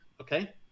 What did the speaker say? okay